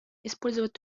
использовать